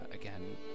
again